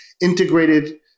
integrated